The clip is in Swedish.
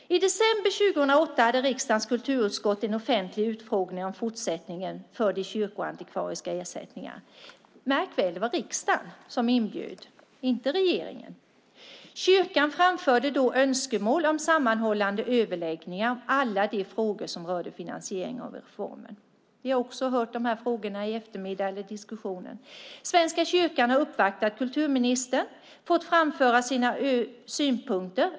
I december 2008 hade riksdagens kulturutskott en offentlig utfrågning om fortsättningen för de kyrkoantikvariska ersättningarna. Märk väl att det var riksdagen som bjöd in och inte regeringen. Kyrkan framförde då önskemål om sammanhållande överläggningar om alla de frågor som rörde finansiering av reformen. Vi har också hört de här frågorna, eller diskussionen, i eftermiddag. Svenska kyrkan har uppvaktat kulturministern och fått framföra sina synpunkter.